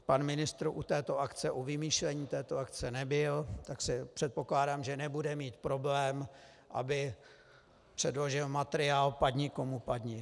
Pan ministr u této akce, u vymýšlení této akce, nebyl, tak předpokládám, že nebude mít problém, aby předložil materiál padni komu padni.